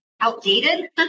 outdated